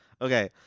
Okay